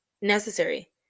necessary